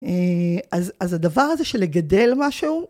אז הדבר הזה של לגדל משהו.